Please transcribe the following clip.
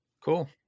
Cool